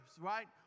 right